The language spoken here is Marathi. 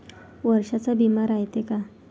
वर्षाचा बिमा रायते का?